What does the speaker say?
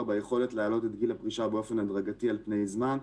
ביכולת להעלות את גיל הפרישה באופן הדרגתי על פני זמן,